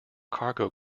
cargo